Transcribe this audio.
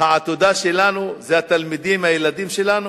העתודה שלנו זה התלמידים, הילדים שלנו.